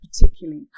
particularly